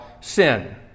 sin